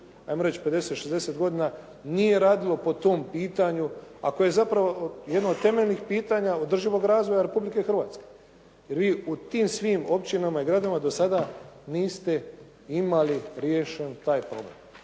hajmo reći 50, 60 godina nije radilo po tom pitanju, a koje je zapravo jedno od temeljnih pitanja održivog razvoja Republike Hrvatske. Jer vi u tim svim općinama i gradovima do sada niste imali riješen taj problem.